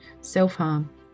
self-harm